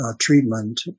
treatment